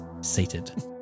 sated